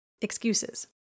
Excuses